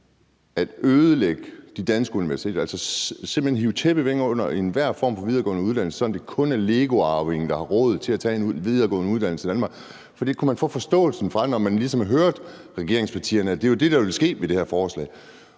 at ødelægge de danske universiteter, altså simpelt hen at hive tæppet væk under enhver form for videregående uddannelse, så det kun er LEGO-arvingerne, der har råd til at tage en videregående uddannelse i Danmark? For det kunne man få forståelsen af, når man ligesom hørte regeringspartierne, altså at det var det, der ville ske ved det her forslag.